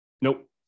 Nope